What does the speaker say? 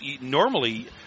normally